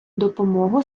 допомогу